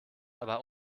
aber